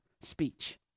speech